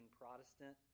Protestant